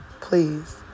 please